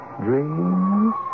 dreams